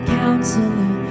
counselor